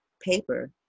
Paper